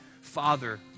Father